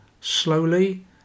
slowly